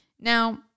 Now